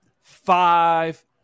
five